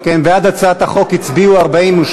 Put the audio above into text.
אם כן, בעד הצעת החוק הצביעו 42,